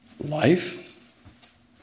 Life